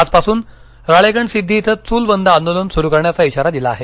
आजपासून राळेगणसिद्दी इथं चूल बंद आंदोलन सुरू करण्याचा इशारा दिला आहे